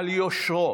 על יושרו